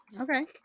Okay